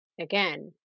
again